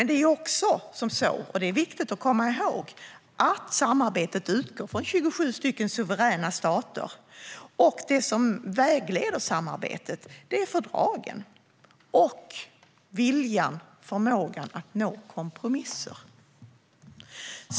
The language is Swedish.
Det är också viktigt att komma ihåg att samarbetet utgår från 27 suveräna stater och att det som vägleder samarbetet är fördragen och viljan, förmågan, att nå kompromisser.